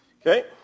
Okay